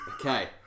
Okay